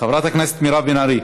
חברת הכנסת מירב בן ארי,